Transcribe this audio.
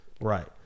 Right